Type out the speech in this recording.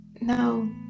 No